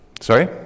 Sorry